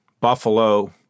Buffalo